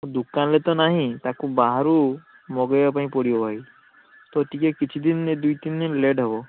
ଦୁକାନରେ ତ ନାହିଁ ତାକୁ ବାହାରୁ ମଗେଇବା ପାଇଁ ପଡ଼ିବ ଭାଇ ତ ଟିକେ କିଛି ଦିନ ଦୁଇ ତିନ ଦିନ ଲେଟ୍ ହବ